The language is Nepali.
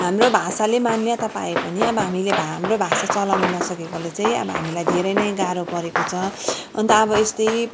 हाम्रो भाषाले मान्यता पाए पनि अब हामीले हाम्रो भाषा चलाउनु नसकेकोले चाहिँ अब हामीलाई धेरै नै गाह्रो परेको छ अन्त अब यस्तै